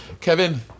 Kevin